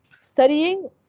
studying